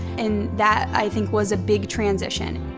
and that, i think, was a big transition.